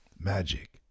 Magic